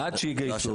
עד שיגייסו.